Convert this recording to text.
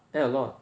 add a lot